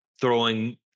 throwing